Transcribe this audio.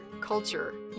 culture